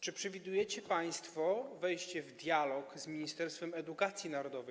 Czy przewidujecie państwo wejście w dialog z Ministerstwem Edukacji Narodowej?